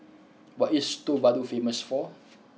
what is Tuvalu famous for